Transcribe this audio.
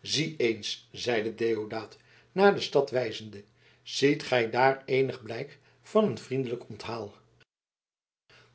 zie eens zeide deodaat naar de stad wijzende ziet gij daar eenig blijk van een vriendelijk onthaal